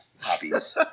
copies